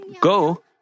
go